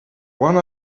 one